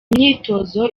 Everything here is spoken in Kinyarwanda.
myitozo